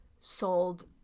sold